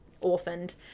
orphaned